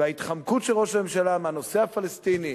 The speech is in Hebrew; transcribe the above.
וההתחמקות של ראש הממשלה מהנושא הפלסטיני,